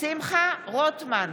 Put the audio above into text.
שמחה רוטמן,